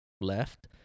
left